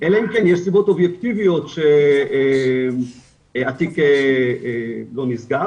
אלא אם כן, יש סיבות אובייקטיביות שהתיק לא נסגר